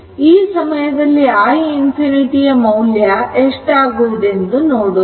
ಈ ಸಮಯದಲ್ಲಿ i ∞ ಮೌಲ್ಯ ಎಷ್ಟು ಆಗುವುದೆಂದು ನೋಡೋಣ